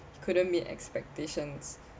couldn't meet expectations